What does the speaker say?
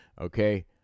Okay